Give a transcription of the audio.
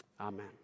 Amen